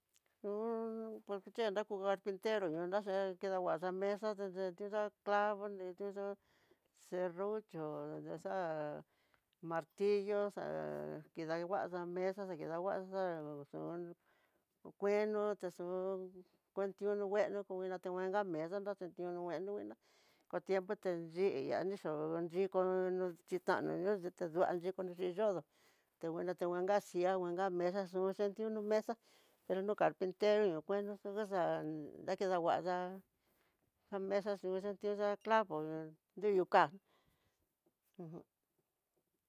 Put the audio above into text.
por que che na ku carpinteró no ña sé kidanguaxa mesa, tendetiota clavo ninruxho, cerrucho nrinixa martillo, xa kidanguaxa mesa kidanguaxa xon ngueno texun kuantiuno ngueno kodinga tenaxa mesa nratentiono ngueno, ngueno, ko tiempo nri ñanixó nrikono xhitano yo'o, titangua dikonixhi yodo tenguanka ti nguanka silla, nguanka mesa xhun xitiuno mesá, pero no carpintero ñoo ngueno xokoxa'a na kidanguaxa, xa mesa xakiunxa clavo nriyuu ká'a uj.